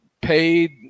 paid